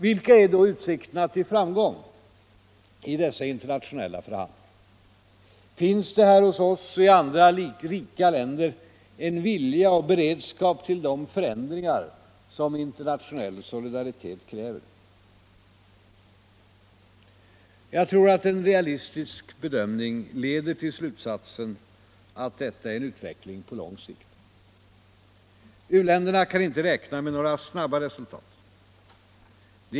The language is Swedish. Vilka är då utsikterna till framsteg i dessa internationella förhandlingar? Finns det här hos oss och i andra rika länder en vilja och beredskap till de förändringar som internationell solidaritet kräver? Jag tror att en realistisk bedömning leder till slutsatsen att detta är en utveckling på lång sikt. U-länderna kan inte räkna med några snabba resultat.